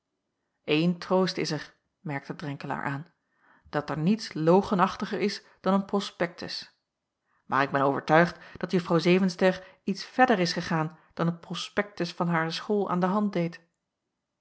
een troost is er merkte drenkelaer aan dat er niets logenachtiger is dan een prospektus maar ik ben overtuigd dat juffrouw zevenster iets verder is gegaan dan het prospektus van hare school aan de hand deed